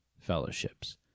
fellowships